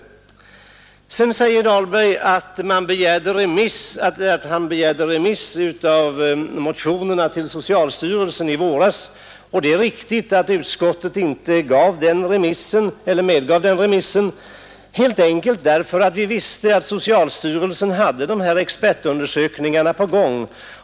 Herr Dahlberg säger vidare att han i våras begärde att motionerna skulle remitteras till socialstyrelsen. Det är riktigt att utskottet inte medgav den remissen. Det berodde helt enkelt på att vi visste att socialstyrelsen hade dessa expertundersökningar på gång.